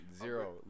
Zero